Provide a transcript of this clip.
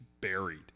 buried